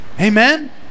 Amen